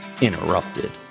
Interrupted